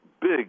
big